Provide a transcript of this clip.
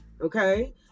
Okay